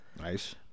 Nice